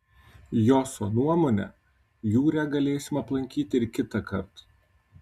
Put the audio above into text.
joso nuomone jūrę galėsim aplankyti ir kitąkart